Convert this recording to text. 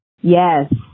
Yes